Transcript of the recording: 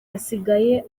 asigaye